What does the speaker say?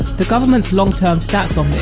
the government's long term stats on this,